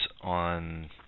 on